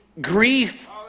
grief